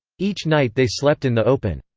each night they slept in the open.